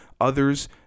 Others